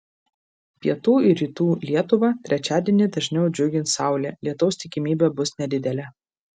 pietų ir rytų lietuvą trečiadienį dažniau džiugins saulė lietaus tikimybė bus nedidelė